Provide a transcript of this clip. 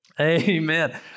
Amen